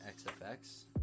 XFX